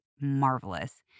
marvelous